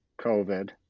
COVID